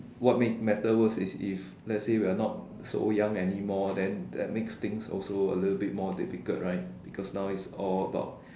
what make matter worse is if let's say we are not so young anymore then that makes things also a little more difficult right because now is all about